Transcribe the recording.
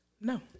No